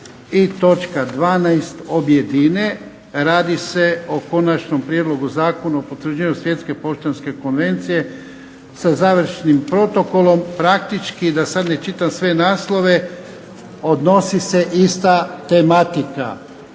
i točka 12. radi se o Konačnom prijedlogu Zakona o potvrđivanju Svjetske poštanske konvencije sa završnim protokolom, praktički da ne čitam sve naslove odnosi se ista tematika.